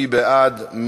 מי בעד?